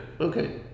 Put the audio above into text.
Okay